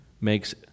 makes